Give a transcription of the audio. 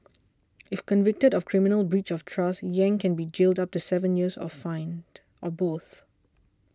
if convicted of criminal breach of trust Yang can be jailed up to seven years or fined or both